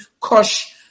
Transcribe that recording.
Kosh